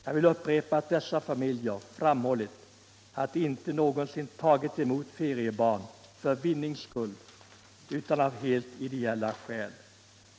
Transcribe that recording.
Jag vill upprepa att dessa familjer framhållit att de inte någonsin tagit emot feriebarn för vinnings skull utan av helt ideella skäl.